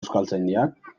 euskaltzaindiak